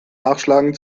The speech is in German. nachschlagen